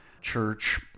church